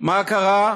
מה קרה?